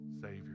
Savior